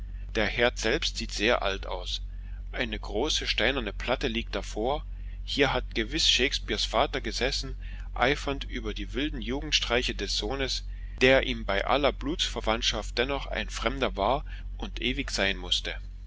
der herd selbst sieht sehr alt aus eine große steinerne platte liegt davor hier hat gewiß shakespeares vater gesessen eifernd über die wilden jugendstreiche des sohnes der ihm bei aller blutsverwandtschaft dennoch ein fremder war und ewig sein mußte